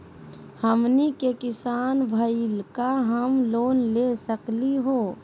हमनी के किसान भईल, का हम लोन ले सकली हो?